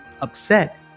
upset